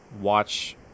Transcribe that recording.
watch